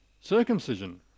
circumcision